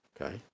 Okay